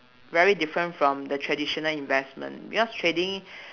very different from the traditional investment because trading